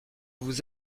vous